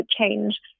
change